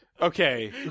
Okay